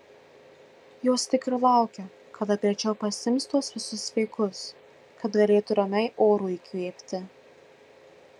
jos tik ir laukia kada greičiau pasiims tuos visus vaikus kad galėtų ramiai oro įkvėpti